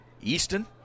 Easton